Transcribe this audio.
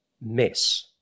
miss